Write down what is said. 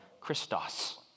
Christos